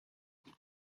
from